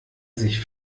sich